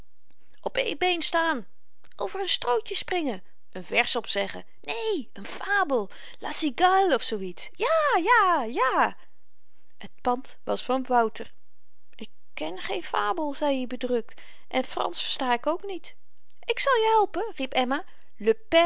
been staan over n strootje springen een vers opzeggen neen n fabel la cigale of zoo iets ja ja ja t pand was van wouter ik ken geen fabel zeid i bedrukt en fransch versta ik ook niet ik zal je helpen riep emma